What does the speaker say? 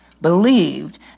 Believed